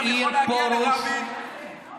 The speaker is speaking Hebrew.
מה הוא עושה פה?